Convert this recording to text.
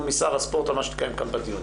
משרד הספורט על מה שקיים כאן בדיונים.